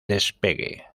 despegue